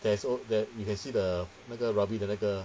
that's so that you can see the 那个 rugby 的那个